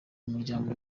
muryango